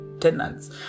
Tenants